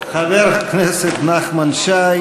חבר הכנסת נחמן שי,